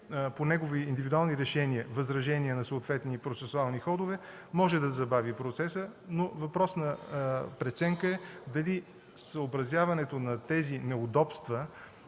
по негови индивидуални решения, възражения на съответни процесуални ходове, може да забави процеса. Въпрос на преценка е: дали съобразяването на тези неудобства,